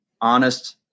honest